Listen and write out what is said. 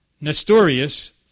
Nestorius